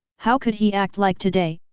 how could he act like today,